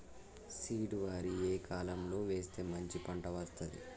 Seed వరి ఏ కాలం లో వేస్తే మంచి పంట వస్తది?